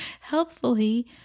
Healthfully